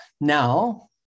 Now